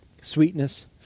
sweetness